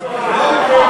אי-אמון בממשלה,